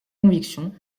convictions